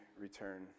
return